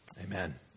Amen